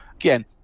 again